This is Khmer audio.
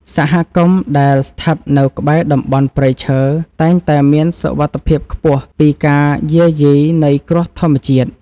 សហគមន៍ដែលស្ថិតនៅក្បែរតំបន់ព្រៃឈើតែងតែមានសុវត្ថិភាពខ្ពស់ពីការយាយីនៃគ្រោះធម្មជាតិ។